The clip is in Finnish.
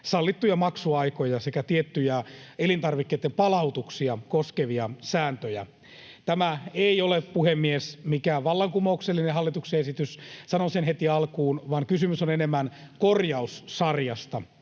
sallittuja maksuaikoja sekä tiettyjä elintarvikkeitten palautuksia koskevia sääntöjä. Tämä ei ole, puhemies, mikään vallankumouksellinen hallituksen esitys, sanon sen heti alkuun, vaan kysymys on enemmän korjaussarjasta